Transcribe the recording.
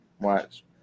watch